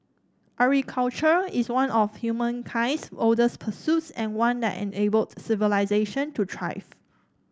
agriculture is one of humankind's oldest pursuits and one that enabled civilisation to thrive